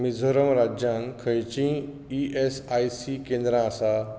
मिझोराम राज्यांत खंयचींय E S I C केंद्रां आसा